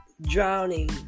drowning